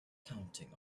counting